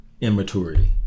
immaturity